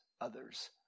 others